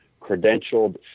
credentialed